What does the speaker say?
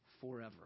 forever